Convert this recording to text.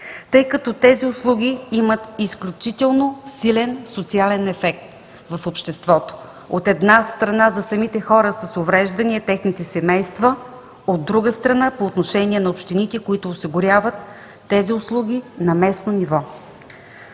тъй като тези услуги имат изключително силен социален ефект в обществото, от една страна, за самите хора с увреждания и техните семейства, а, от друга страна, по отношение на общините, които осигуряват тези услуги на местно ниво.